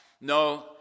No